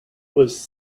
was